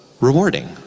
rewarding